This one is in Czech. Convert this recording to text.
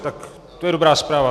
Tak to je dobrá zpráva.